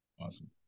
Awesome